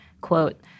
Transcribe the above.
quote